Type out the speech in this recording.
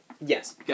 Yes